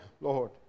lord